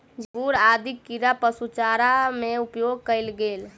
झींगुर आदि कीड़ा पशु चारा में उपयोग कएल गेल